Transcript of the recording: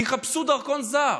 יחפשו דרכון זר.